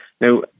now